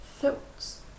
thoughts